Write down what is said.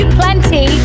plenty